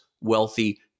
wealthy